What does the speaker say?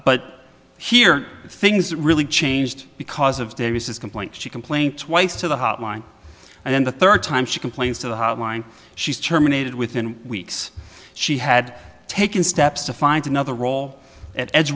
but here things really changed because of davis complaint she complained twice to the hotline and then the third time she complains to the hotline she's terminated within weeks she had taken steps to find another role a